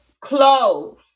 clothes